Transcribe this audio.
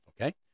okay